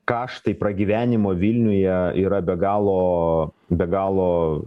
kaštai pragyvenimo vilniuje yra be galo be galo